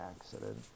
accident